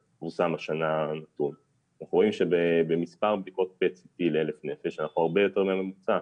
אנחנו רואים שבמספר בדיקות PET CT ל-1,000 נפש אנחנו הרבה מעל הממוצע.